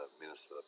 Minister